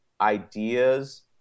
ideas –